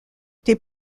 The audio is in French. des